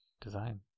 design